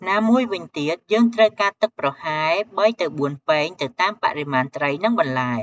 ណាមួយវិញទៀត យើងត្រូវការទឹកប្រហែល ៣-៤ ពែង ទៅតាមបរិមាណត្រី និងបន្លែ។